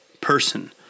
person